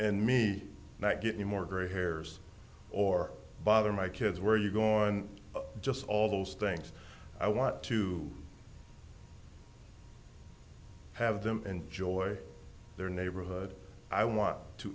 and me not get any more gray hairs or bother my kids where you go on just all those things i want to have them enjoy their neighborhood i want to